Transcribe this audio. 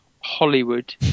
Hollywood